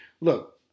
Look